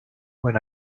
when